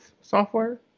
Software